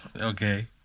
Okay